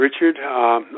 Richard